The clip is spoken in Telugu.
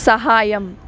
సహాయం